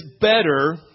better